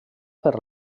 per